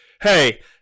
Hey